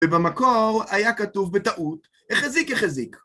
ובמקור היה כתוב בטעות, החזיק החזיק.